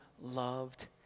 loved